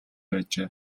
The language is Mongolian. байжээ